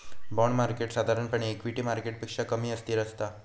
bond market साधारणपणे equity मार्केटपेक्षा कमी अस्थिर असता